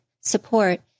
support